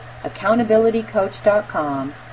accountabilitycoach.com